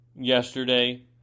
Yesterday